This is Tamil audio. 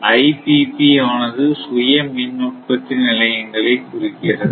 IPP ஆனது சுய மின் உற்பத்தி நிலையங்களை குறிக்கிறது